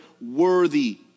worthy